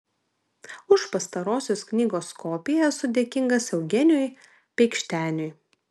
už pastarosios knygos kopiją esu dėkingas eugenijui peikšteniui